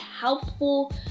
helpful